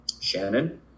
Shannon